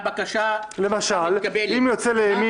למשל אם יוצא לימינה